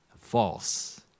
False